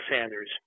Sanders